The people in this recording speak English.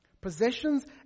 Possessions